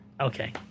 okay